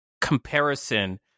comparison